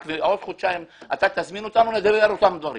ובעוד חודשיים אתה תזמין אותנו ונאמר את אותם דברים